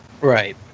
right